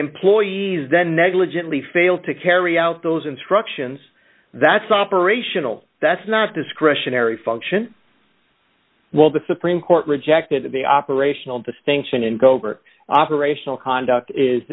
employees then negligently failed to carry out those instructions that's operational that's not discretionary function well the supreme court rejected that the operational distinction in covert operational conduct is